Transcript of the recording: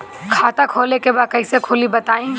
खाता खोले के बा कईसे खुली बताई?